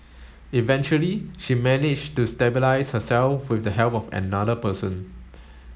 eventually she managed to stabilise herself with the help of another person